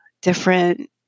different